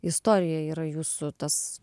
istorijoje yra jūsų tas